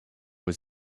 was